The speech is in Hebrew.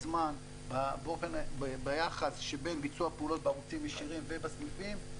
זמן ביחס שבין ביצוע פעולות בערוצים ישירים ובסניפים,